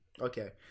Okay